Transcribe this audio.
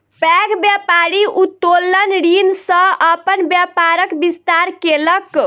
पैघ व्यापारी उत्तोलन ऋण सॅ अपन व्यापारक विस्तार केलक